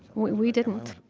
we didn't.